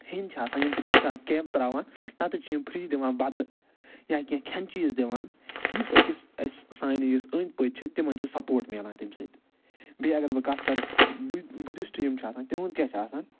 ہیٚند چھِ آسان یِم چھِ کُنہ ساتہٕ کیمپ تراوان تتہ چھِ یِم فری دِوان بَتہٕ یا کینٛہہ کھیٚنہِ چیٖز دِوان یُس أکِس أسۍ سانہِ یُس أنٛد پٔکۍ چھِ تِمَن چھُ سَپورٹ ملان تمہ سۭتۍ بیٚیہِ اگر بہٕ کتھ کَرٕ بہٕ بُدِسٹہٕ یِم چھِ آسان تِہُنٛد کیاہ چھ آسان